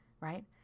right